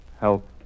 Help